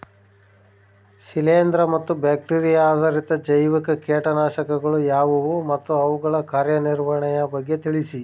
ಶಿಲೇಂದ್ರ ಮತ್ತು ಬ್ಯಾಕ್ಟಿರಿಯಾ ಆಧಾರಿತ ಜೈವಿಕ ಕೇಟನಾಶಕಗಳು ಯಾವುವು ಮತ್ತು ಅವುಗಳ ಕಾರ್ಯನಿರ್ವಹಣೆಯ ಬಗ್ಗೆ ತಿಳಿಸಿ?